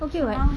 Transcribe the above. okay what